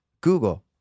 Google